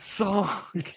song